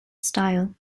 style